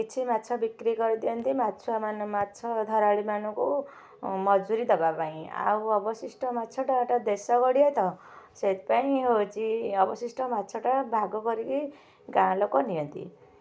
କିଛି ମାଛ ବିକ୍ରୀ କରିଦିଅନ୍ତି ମାଛୁଆ ମାନେ ମାଛ ଧରାଳି ମାନଙ୍କୁ ମଜୁରୀ ଦବା ପାଇଁ ଆଉ ଅବଶିଷ୍ଟ ମାଛଟା ଏଇଟା ଦେଶ ଗଡ଼ିଆ ତ ସେଇଥିପାଇଁ ହଉଛି ଅବଶିଷ୍ଟ ମାଛଟା ଭାଗ କରିକି ଗାଁ ଲୋକ ନିଅନ୍ତି